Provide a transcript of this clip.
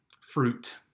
fruit